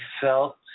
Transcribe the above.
felt